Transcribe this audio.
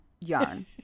yarn